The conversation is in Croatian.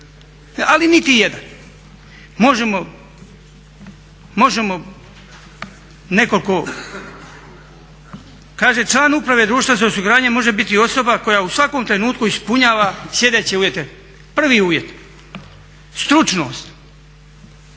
Ali nitijedan! Možemo nekoliko, kaže član uprave društva za osiguranje može biti osoba koja u svakom trenutku ispunjava sljedeće uvjete: prvi uvjet, stručnost